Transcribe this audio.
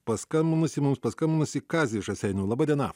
paskambinusį mums paskambinusį kazį iš raseinių laba diena